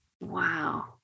Wow